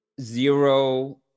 zero